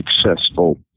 successful